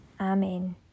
Amen